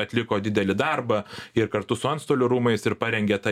atliko didelį darbą ir kartu su antstolių rūmais ir parengė tą